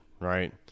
Right